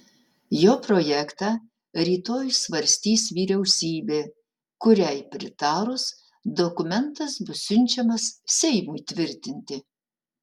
jo projektą rytoj svarstys vyriausybė kuriai pritarus dokumentas bus siunčiamas seimui tvirtinti